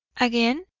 again,